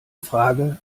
frage